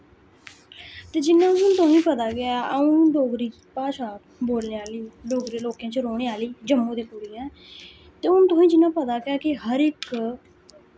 जि'यां कि तुसें पता गै अ'ऊं डोगरी भाशा बोलने आह्ली डोगरे लोकें च रौह्ने आह्ली जम्मू दी कुड़ी आं हून तुसें गी पता गै कि हर इक